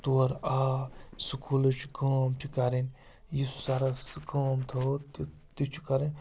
تور آو سکوٗلٕچ کٲم چھِ کَرٕنۍ یُس سَرَس سُہ کٲم تھٲو تہِ تہِ چھُ کَرٕنۍ